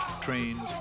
trains